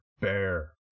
bear